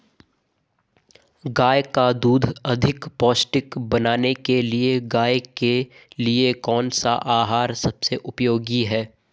गाय का दूध अधिक पौष्टिक बनाने के लिए गाय के लिए कौन सा आहार सबसे उपयोगी है?